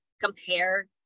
compare